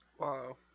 Wow